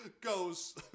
goes